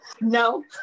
no